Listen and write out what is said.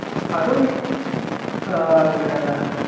ꯑꯗꯨꯝ